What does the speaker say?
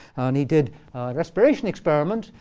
and he did a respiration experiment.